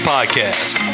Podcast